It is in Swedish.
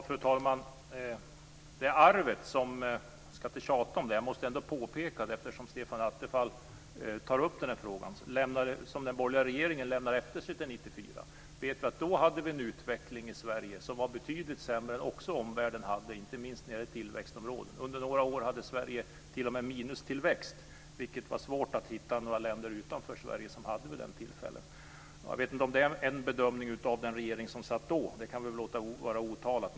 Fru talman! Jag ska inte tjata om det, men jag måste ändå påpeka det, eftersom Stefan Attefall tar upp frågan. Det gäller arvet som den borgerliga regeringen lämnade efter sig 1994. Då hade vi en utveckling i Sverige som var betydligt sämre än vad omvärlden hade, inte minst när det gäller tillväxtområden. Under några år hade Sverige t.o.m. minustillväxt. Det var det svårt att hitta några länder utanför Sverige som hade vid det tillfället. Jag vet inte om det är en bedömning av den regering som satt då. Det kan vi väl låta vara osagt.